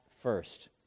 first